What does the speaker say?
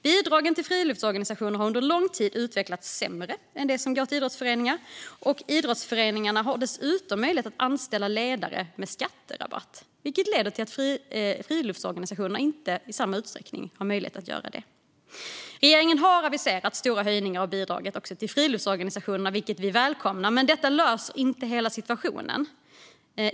Bidragen till friluftsorganisationerna har under lång tid utvecklats sämre än de som går till idrottsföreningarna. Idrottsföreningarna har dessutom möjlighet att anställa ledare med skatterabatt, vilket leder till att friluftsorganisationerna inte har möjlighet att anställa ledare i samma utsträckning. Regeringen har aviserat stora höjningar av bidragen också till friluftsorganisationerna, vilket vi välkomnar. Men detta löser inte hela situationen.